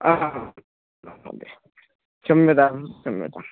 आम् क्षम्यतां क्षम्यतां